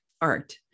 art